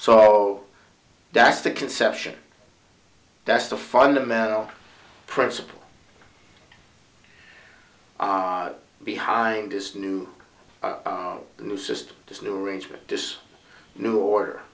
so that's the conception that's the fundamental principle behind this new the new system this new arrangement this new order